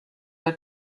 der